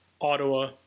Ottawa